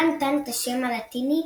לה נתן את השם הלטיני